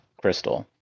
crystal